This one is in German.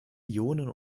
ionen